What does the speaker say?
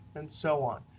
and so on.